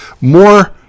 more